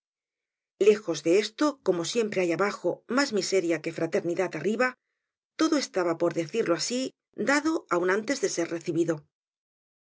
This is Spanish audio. lejos de esto como siempre hay abajo mas miseria que fraternidad arriba todo estaba por decirlo así dado aun antes de ser recibido